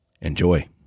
Enjoy